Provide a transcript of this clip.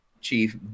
Chief